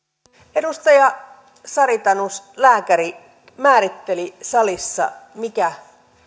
edustaja sari tanus lääkäri määritteli salissa mikä